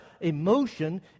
emotion